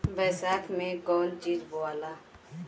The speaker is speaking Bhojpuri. बैसाख मे कौन चीज बोवाला?